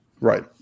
Right